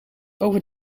over